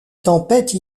tempête